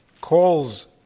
calls